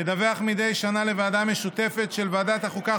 ידווח מדי שנה לוועדה משותפת של ועדת החוקה,